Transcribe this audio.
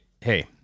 Hey